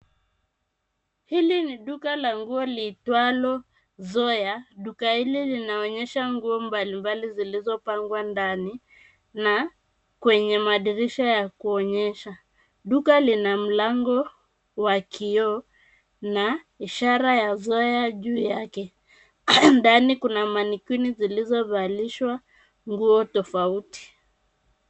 Hili ni duka la nguo liitwalo Zoya. Duka hili linaonyesha nguo mbalimbali zilizopangwa ndani kwenye madirisha ya kuonyesha. Duka lina mlango wa kioo na ishara ya Zoya juu yake. Ndani kuna mannequin zilizovalishwa nguo tofauti.